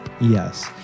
Yes